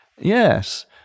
Yes